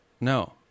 No